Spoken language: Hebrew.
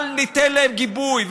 אל ניתן להם גיבוי.